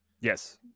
Yes